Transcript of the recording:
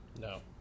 No